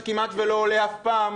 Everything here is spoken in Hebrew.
שכמעט שלא עולה אף פעם,